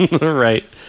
Right